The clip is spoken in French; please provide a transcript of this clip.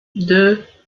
deux